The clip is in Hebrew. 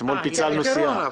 אתמול פיצלנו סיעות.